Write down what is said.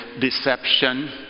deception